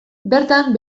bertan